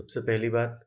सबसे पहली बात